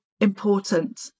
important